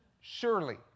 surely